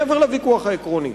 מעבר לוויכוח העקרוני,